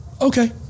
okay